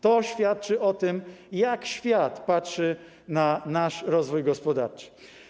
To świadczy o tym, jak świat patrzy na nasz rozwój gospodarczy.